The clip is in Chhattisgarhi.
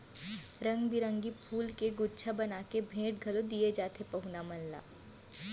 रंग बिरंगी फूल के गुच्छा बना के भेंट घलौ दिये जाथे पहुना मन ला